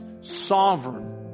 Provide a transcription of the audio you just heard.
Sovereign